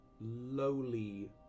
lowly